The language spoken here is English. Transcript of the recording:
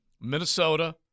Minnesota